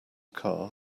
car